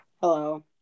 Hello